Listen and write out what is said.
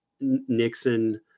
Nixon